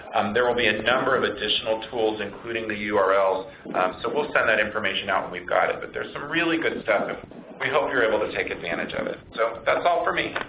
there will be a number of additional tools including the urls so we'll send that information out when we've got it. but there's some really good stuff and we hope you're able to take advantage of it. so, that's all for me.